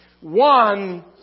One